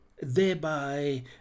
thereby